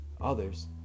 others